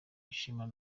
ishema